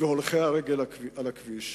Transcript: ושל הולכי הרגל על הכביש.